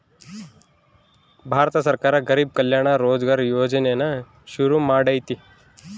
ಭಾರತ ಸರ್ಕಾರ ಗರಿಬ್ ಕಲ್ಯಾಣ ರೋಜ್ಗರ್ ಯೋಜನೆನ ಶುರು ಮಾಡೈತೀ